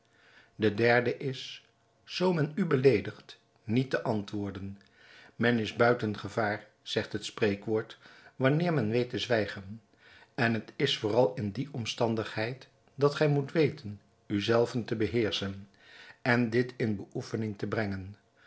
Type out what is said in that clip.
de derde is zoo men u beleedigt niet te antwoorden men is buiten gevaar zegt het spreekwoord wanneer men weet te zwijgen en het is vooral in die omstandigheid dat gij moet weten u zelven te beheerschen en dit in beoefening te brengen